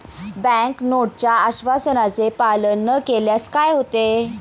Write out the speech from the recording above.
Bank नोटच्या आश्वासनाचे पालन न केल्यास काय होते?